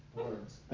words